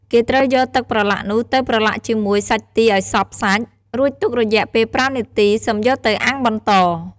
គេត្រូវយកទឹកប្រឡាក់នោះទៅប្រឡាក់ជាមួយសាច់ទាឱ្យសព្វសាច់ រួចទុករយៈពេល៥នាទីសឹមយកទៅអាំងបន្ត។